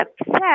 upset